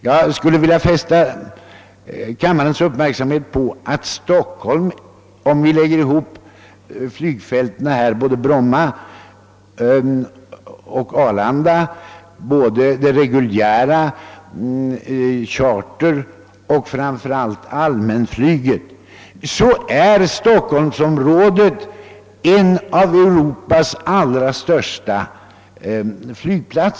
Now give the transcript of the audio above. Jag skulle vilja fästa kammarledamöternas uppmärksamhet på att stockholmsområdet — om vi räknar med flygfälten i Bromma och Arlanda, både det reguljära, charterflyget och framför allt allmänflyget — är ett av Europas allra största flygcentra.